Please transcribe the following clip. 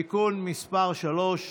(תיקון מס' 3),